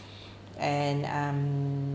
and um